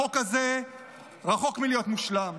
החוק רחוק מלהיות מושלם.